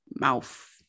Mouth